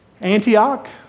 Antioch